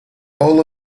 all